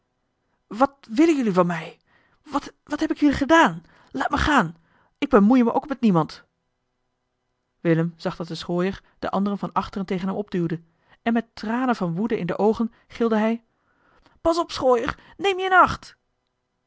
wat wil jullie van mij wat heb ik jullie gedaan laat me gaan ik bemoei me ook met niemand willem zag dat de schooier de anderen van achteren tegen hem opduwde en met tranen van woede in de oogen gilde hij pas op schooier neem je in acht